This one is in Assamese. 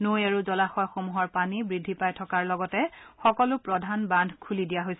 নৈ আৰু জলাশয়সমূহৰ পানী বৃদ্ধি পাই থকাৰ লগতে সকলো প্ৰধান বান্ধ খুলি দিয়া হৈছে